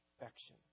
affection